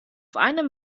einem